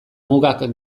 mugak